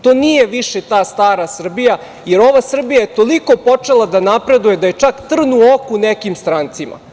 To nije više ta stara Srbija, jer ova Srbija je toliko počela da napreduje da je čak trn u oku nekim strancima.